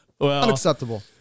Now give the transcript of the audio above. unacceptable